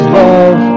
love